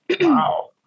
Wow